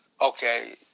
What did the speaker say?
okay